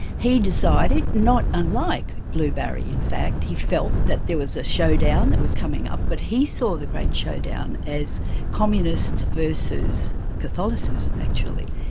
he decided, not unlike blue barry in fact, he felt that there was a showdown that was coming up, but he saw the great showdown as communists versus catholicism actually.